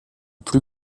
plus